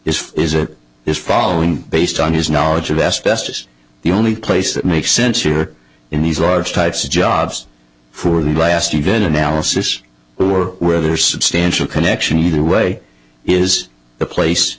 is is a is following based on his knowledge of asbestos the only place that makes sense or in these large types of jobs for the last event analysis were rather substantial connection either way is the place